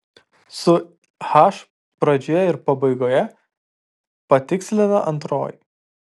su h pradžioje ir pabaigoje patikslina antroji